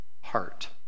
heart